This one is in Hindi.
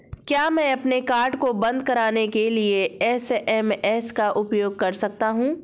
क्या मैं अपने कार्ड को बंद कराने के लिए एस.एम.एस का उपयोग कर सकता हूँ?